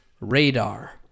RADAR